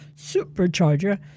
supercharger